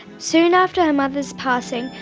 soon after her mother's passing,